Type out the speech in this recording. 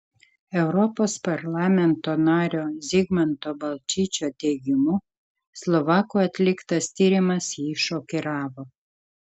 europos parlamento nario zigmanto balčyčio teigimu slovakų atliktas tyrimas jį šokiravo